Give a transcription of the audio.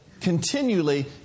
continually